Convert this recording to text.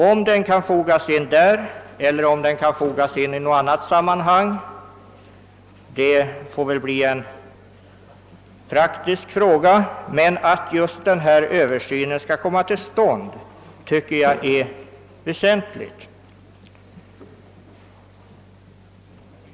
Om frågan skall fogas in där eller i något annat sammanhang är väl en praktisk fråga, men att denna översyn kommer till stånd tycker jag är väsentligt.